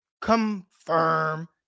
confirm